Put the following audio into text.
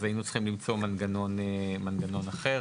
אז היינו צריכים למצוא כאן מנגנון אחר.